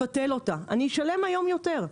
אשלם היום יותר.